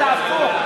אתה, הפוך.